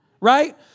Right